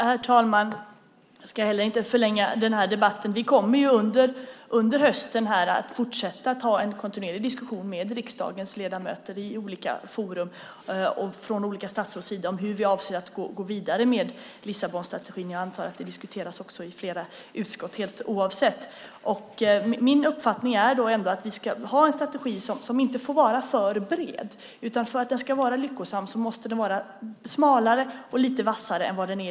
Herr talman! Vi kommer från de olika statsrådens sida under hösten att i skilda forum fortsätta att ha en kontinuerlig diskussion med riksdagens ledamöter om hur vi avser att gå vidare med Lissabonstrategin. Jag antar att frågan också diskuteras i flera utskott. Min uppfattning är att vi trots allt ska ha en strategi som inte är för bred. För att den ska vara lyckosam måste den vara smalare och lite vassare än i dag.